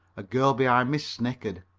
a girl behind me snickered.